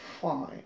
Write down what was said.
fine